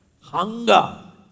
hunger